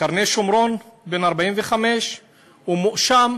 קרני-שומרון בן 45 מואשם